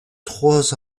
trois